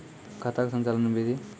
खाता का संचालन बिधि?